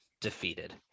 defeated